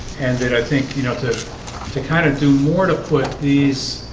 and then i think you know to to kind of do more to put these